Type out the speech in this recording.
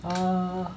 uh